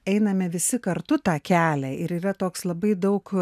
einame visi kartu tą kelią ir yra toks labai daug